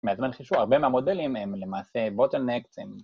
מהזמן חישוב הרבה מהמודלים הם למעשה באטל-נק, הם...